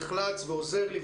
נחלץ ועוזר לי.